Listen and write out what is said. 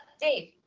Dave